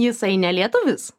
jisai ne lietuvis